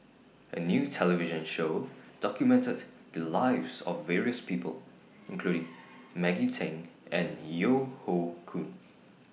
A New television Show documented The Lives of various People including Maggie Teng and Yeo Hoe Koon